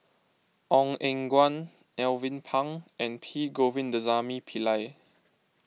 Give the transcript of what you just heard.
Ong Eng Guan Alvin Pang and P Govindasamy Pillai